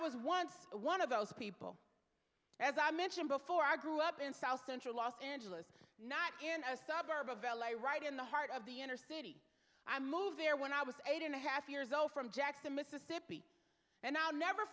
was once one of those people as i mentioned before i grew up in south central los angeles not in a suburb of l a right in the heart of the inner city i moved here when i was eight and a half years old from jackson mississippi and i'll never